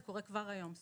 זה קורה כבר היום.